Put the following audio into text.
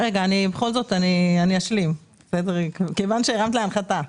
אני אשלים, מכיוון שהרמת להנחתה.